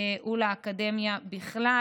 ולאקדמיה בכלל.